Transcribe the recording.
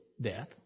death